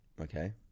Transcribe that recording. Okay